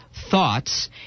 thoughts